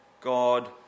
God